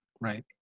Right